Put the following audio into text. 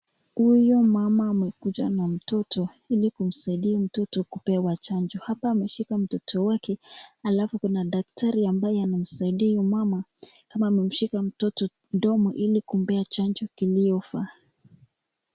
Huyu mama amekuja na mtoto ili kumsaidia mtoto kupewa chanjo, hapa ameshika mtoto wake halafu kuna daktari ambaye anamsaidia huyu mama kama amemshika mtoto mdomo ili kumpea chanjo iliyofaa.